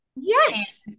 Yes